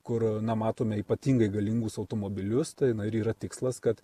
kur na matome ypatingai galingus automobilius tai ir yra tikslas kad